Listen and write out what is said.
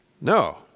No